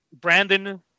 Brandon